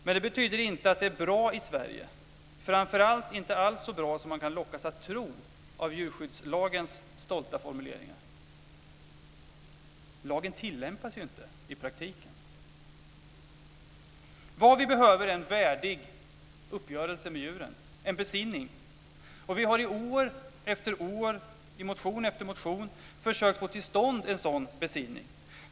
Men det betyder inte att det är bra i Sverige - framför allt inte alls så bra som man kan lockas att tro av djurskyddslagens stolta formuleringar. Lagen tillämpas ju inte i praktiken. Vad vi behöver är en värdig uppgörelse med djuren, en besinning. Vi har år efter år i motion efter motion försökt få till stånd en sådan besinning.